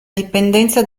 dipendenza